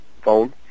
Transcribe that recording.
phone